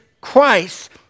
Christ